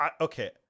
okay